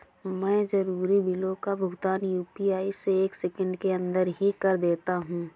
मैं जरूरी बिलों का भुगतान यू.पी.आई से एक सेकेंड के अंदर ही कर देता हूं